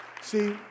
See